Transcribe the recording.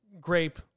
grape